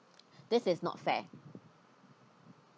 this is not fair